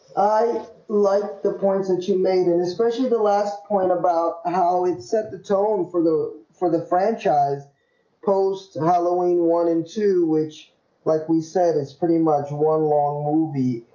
ah like the point you made it especially the last point about how it set the tone for the for the franchise post-halloween one and two which like we said, it's pretty much one long movie